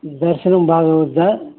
దర్శనం బాగవుద్దా